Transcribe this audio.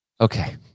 Okay